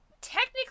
technically